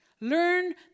Learn